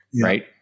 right